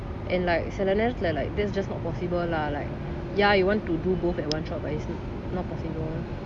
and like சில நேரத்துல:silla nerathula like that's just not possible lah like ya you want to do both at one shot but it's not possible